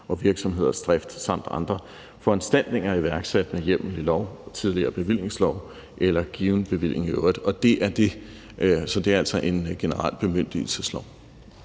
og virksomheders drift samt andre foranstaltninger iværksat med hjemmel i lov, tidligere bevillingslov eller given bevilling i øvrigt – og det er det. Så det er altså en generel bemyndigelseslov.